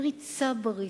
עברית צברית,